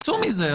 צאו מזה.